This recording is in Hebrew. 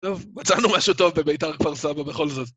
טוב, מצאנו משהו טוב בביתר כפר סבא בכל זאת.